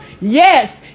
Yes